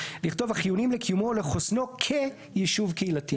לכתוב "החיוניים לקיומו או לחוסנו כיישוב קהילתי".